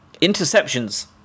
Interceptions